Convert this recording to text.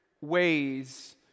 ways